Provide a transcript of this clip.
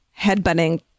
headbutting